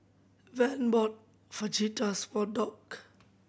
Van bought Fajitas for Dock